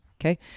Okay